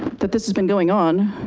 that this has been going on,